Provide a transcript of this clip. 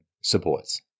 supports